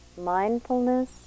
mindfulness